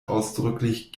ausdrücklich